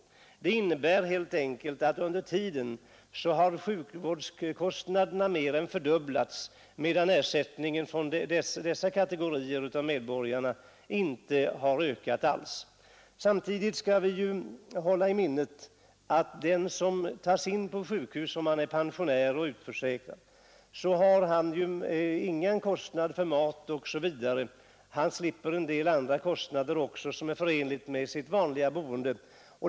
Detta innebär helt enkelt att sjukvårdskostnaderna under tiden mer än fördubblats, medan ersättningen från denna kategori av medborgare inte ökat alls. Samtidigt skall vi hålla i minnet att en utförsäkrad pensionär som tas in på sjukhus slipper kostnader för mat och en del andra utgifter som är förenade med hans vanliga boende.